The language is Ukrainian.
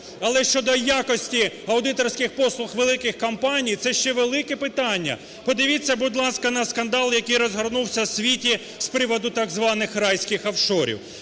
Але щодо якості аудиторських послуг великих компаній це ще велике питання. Подивіться, будь ласка, на скандал, який розгорнувся в світі з приводу, так званих, райських офшорів.